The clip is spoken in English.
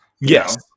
Yes